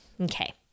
okay